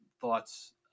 thoughts